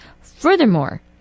Furthermore